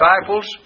disciples